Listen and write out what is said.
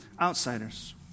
outsiders